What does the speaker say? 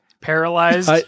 paralyzed